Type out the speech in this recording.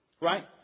Right